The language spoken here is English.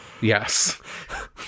Yes